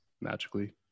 magically